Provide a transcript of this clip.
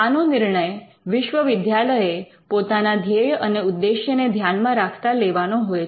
આનો નિર્ણય વિશ્વવિદ્યાલયે પોતાના ધ્યેય અને ઉદ્દેશ્યને ધ્યાનમાં રાખતા લેવાનો હોય છે